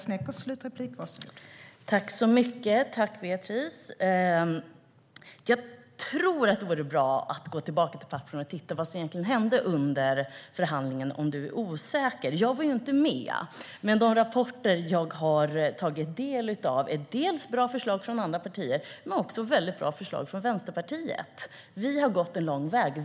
Fru talman! Jag tackar Beatrice för replikerna. Om hon är osäker tror jag att det vore bra att gå tillbaka till plattformen och titta vad som egentligen hände under förhandlingen. Jag var inte med, men de rapporter jag har tagit del av innehåller bra förslag från andra partier, men också väldigt bra förslag från Vänsterpartiet. Vi har gått en lång väg.